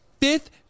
fifth